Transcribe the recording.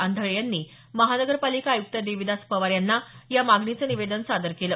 आंधळे यांनी महानगरपालिका आयुक्त देविदास पवार यांना या मागणीचं निवेदन सादर केलं